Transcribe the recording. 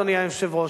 אדוני היושב-ראש,